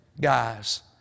Guys